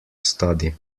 study